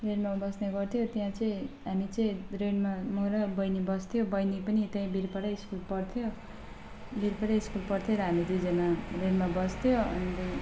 रेन्टमा बस्ने गर्थ्यो त्यहाँ चाहिँ हामी चाहिँ रेन्टमा म र बहिनी बस्थ्यो बहिनी पनि त्यहीँ बिरपाडै स्कुल पढ्थ्यो बिरपाडै स्कुल पढ्थ्यो र हामी दुईजना रेन्टमा बस्थ्यो र अनि